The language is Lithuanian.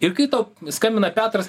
ir kai tau skambina petras